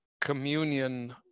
communion